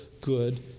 good